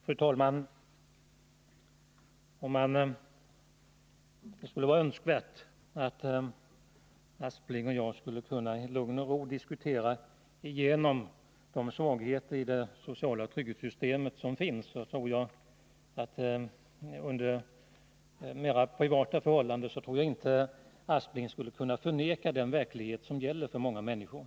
Fru talman! Det skulle vara önskvärt att herr Aspling och jag i lugn och ro under mera privata förhållanden kunde diskutera igenom de svagheter som finns i det sociala trygghetssystemet. Då tror jag inte att herr Aspling skulle kunna förneka den verklighet som gäller för många människor.